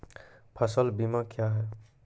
फसल बीमा क्या हैं?